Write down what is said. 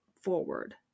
forward